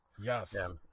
Yes